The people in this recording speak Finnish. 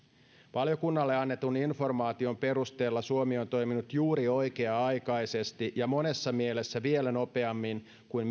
valiokunnalle annetun informaation perusteella suomi on toiminut juuri oikea aikaisesti ja monessa mielessä vielä nopeammin kuin